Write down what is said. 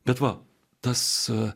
bet va tąsa